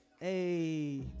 Hey